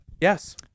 Yes